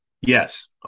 Yes